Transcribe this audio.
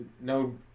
no